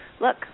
look